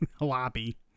lobby